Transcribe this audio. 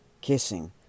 kissing